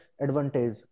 advantage